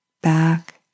back